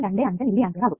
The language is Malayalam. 25 മില്ലി ആംപിയർ ആകും